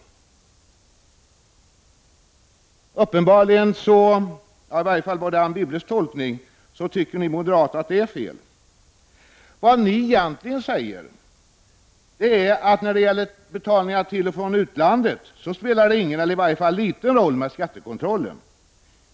Uppenbarligen tycker ni moderater att det är fel. Vad ni egentligen säger är ju att skattekontrollen spelar ingen roll, eller i varje fall liten roll, när det gäller betalningar till och från utlandet.